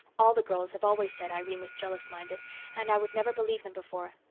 all the girls have always said irene was jealous-minded and i would never believe them before.